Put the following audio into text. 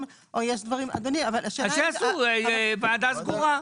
- שיעשו ועדה חסויה.